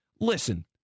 Listen